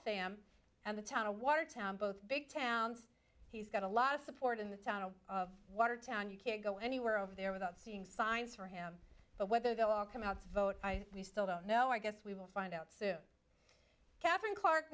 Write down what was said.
fam and the town of watertown both big towns he's got a lot of support in the town of watertown you can't go anywhere over there without seeing signs for him but whether they'll all come out to vote we still don't know i guess we will find out soon catherine clark